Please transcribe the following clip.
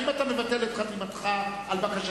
האם אתה מבטל את חתימתך על בקשתך?